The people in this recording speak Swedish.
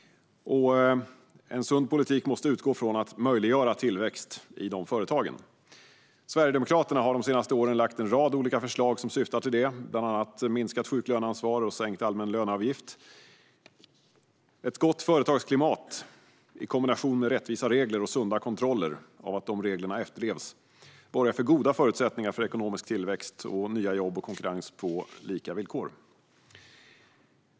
En sund politik måste utgå från att möjliggöra tillväxt i de företagen. Sverigedemokraterna har de senaste åren lagt fram en rad olika förslag som syftar till det, bland annat minskat sjuklöneansvar och sänkt allmän löneavgift. Ett gott företagsklimat, i kombination med rättvisa regler och sunda kontroller av att reglerna efterlevs, borgar för goda förutsättningar för ekonomisk tillväxt, nya jobb och konkurrens på lika villkor.